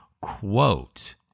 quote